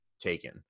taken